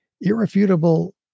irrefutable